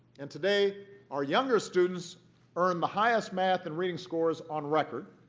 and today our younger students earn the highest math and reading scores on record.